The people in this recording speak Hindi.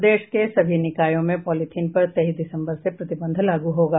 प्रदेश के सभी निकायों में पॉलीथिन पर तेईस दिसम्बर से प्रतिबंध लागू होगा